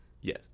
yes